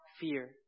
fear